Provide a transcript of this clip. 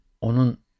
onun